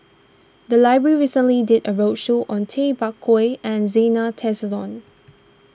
the library recently did a roadshow on Tay Bak Koi and Zena Tessensohn